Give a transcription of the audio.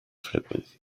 frecuencia